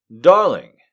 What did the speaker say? Darling